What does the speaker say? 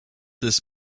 this